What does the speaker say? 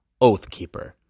Oathkeeper